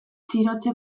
txirotze